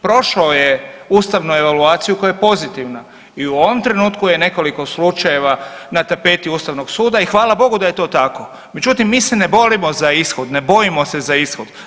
Prošao je ustavnu evaluaciju koja je pozitivna i u ovom trenutku je nekoliko slučajeva na tapeti ustavnog suda i hvala Bogu da je to tako, međutim mi se ne bojimo za ishod, ne bojimo se za ishod.